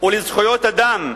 ושל זכויות אדם,